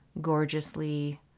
gorgeously